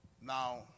Now